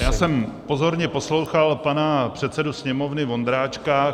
Já jsem pozorně poslouchal pana předsedu Sněmovny Vondráčka.